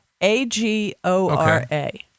A-G-O-R-A